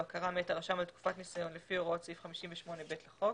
הכרה מאת הרשם על תקופת ניסיון לפי הוראות סעיף 58(ב) לחוק,